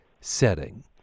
setting